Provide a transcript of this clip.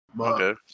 Okay